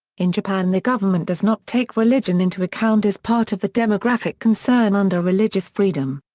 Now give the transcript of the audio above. in japan the government does not take religion into account as part of the demographic concern under religious freedom.